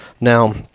Now